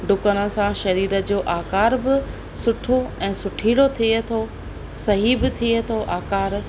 डुकण सां सरीर जो आकार बि सुठो ऐं सुठीलो थिए थो सही बि थिए थो आकार